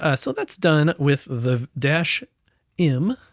ah so, that's done with the dash m,